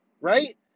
right